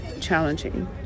challenging